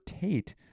Tate